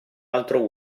altro